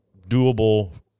doable